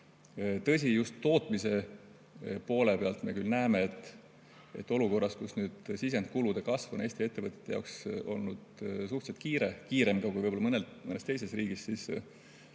Tõsi, just tootmise poole pealt me küll näeme, et olukorras, kus nüüd sisendikulude kasv on Eesti ettevõtete jaoks olnud suhteliselt kiire, kiirem kui võib-olla mõnel mõnes teises riigis, on